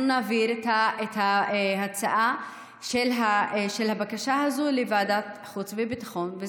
נעביר את ההצעה של הבקשה הזאת לוועדת החוץ והביטחון,